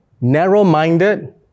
narrow-minded